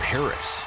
Paris